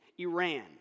Iran